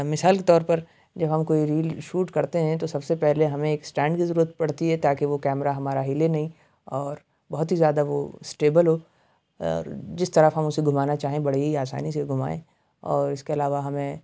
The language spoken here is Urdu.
مثال کے طور پر جب ہم کوئی ریل شوٹ کرتے ہیں تو سب سے پہلے ہمیں ایک سٹینڈ کی ضرورت پڑتی ہے تاکہ وہ کیمرا ہمارا ہلے نہیں اور بہت ہی زیادہ وہ سٹیبل ہو اور جس طرف ہم اسے گھمانا چاہیں بڑے ہی آسانی سے گھمائیں اور اس کے علاوہ ہمیں